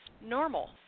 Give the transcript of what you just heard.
normal